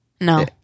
no